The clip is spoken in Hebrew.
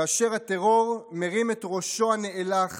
כאשר הטרור מרים את ראשו הנאלח